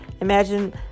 Imagine